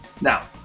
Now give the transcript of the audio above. Now